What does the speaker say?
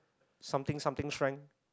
something something strength